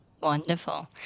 Wonderful